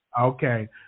Okay